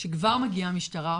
כשכבר מגיעה המשטרה,